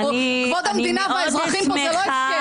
אני מאוד שמחה -- כבוד המדינה והאזרחים פה זה לא הפקר.